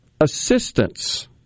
assistance